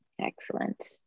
excellent